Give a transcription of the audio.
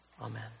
Amen